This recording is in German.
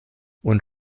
und